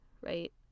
right